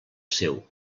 seu